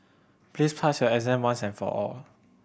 please pass your exam once and for all